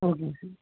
ஓகேங்க சார்